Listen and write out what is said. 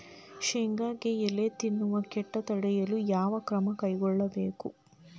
ಶೇಂಗಾಕ್ಕೆ ಎಲೆ ತಿನ್ನುವ ಕೇಟ ತಡೆಯಲು ಯಾವ ಕ್ರಮ ಕೈಗೊಳ್ಳಬೇಕು?